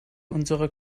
unserer